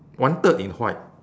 one third in white